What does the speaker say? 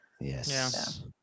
yes